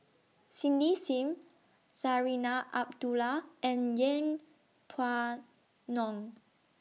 Cindy SIM Zarinah Abdullah and Yeng Pway Ngon